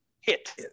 hit